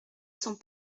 sont